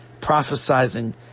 prophesizing